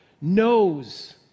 knows